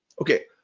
Okay